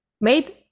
made